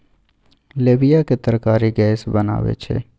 लोबियाक तरकारी गैस बनाबै छै